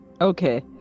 Okay